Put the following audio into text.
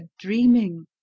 dreaming